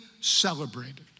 celebrated